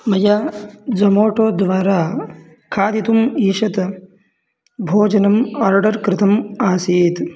मया ज़ोमोटो द्वारा खादितुम् ईषत् भोजनम् आर्डर् कृतम् आसीत्